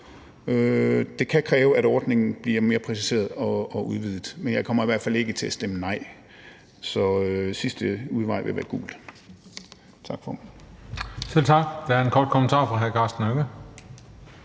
det kan kræve, at ordningen bliver mere præciseret og udvidet. Men jeg kommer i hvert fald ikke til at stemme nej, så sidste udvej vil være gult. Tak, formand. Kl. 18:09 Den fg. formand (Christian